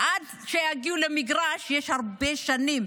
עד שיגיעו למגרש יש הרבה שנים.